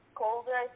colder